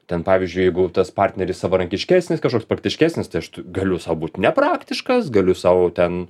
ten pavyzdžiui jeigu tas partneris savarankiškesnis kažkoks praktiškesnis tai aš galiu sau būt nepraktiškas galiu sau ten